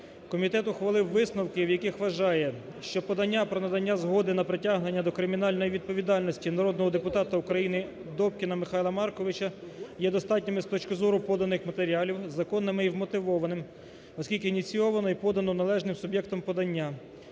Комітет ухвалив висновки, в яких вважаю, що подання про надання згоди на притягнення до кримінальної відповідальності народного депутата України Добкіна Михайла Марковича є достатнім з точки зору поданих матеріалів, законним і мотивованим, оскільки ініційовано і подано належним суб'єктом подання.